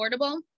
affordable